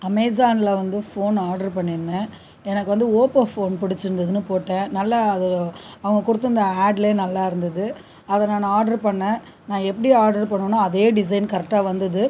அமேஸானில் வந்து phone order பண்ணியிருந்தேன் எனக்கு வந்து ஓப்போ ஃபோன் பிடிச்சிருந்துதுனு போட்டேன் நல்லா அது அவங்க கொடுத்துருந்த ஆட்டில் நல்லாயிருந்தது அதை நான் ஆடர் பண்ணுணேன் நான் எப்படி ஆர்டர் பண்ணுணனோ அதே டிசைன் கரெக்ட்டாக வந்தது